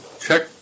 check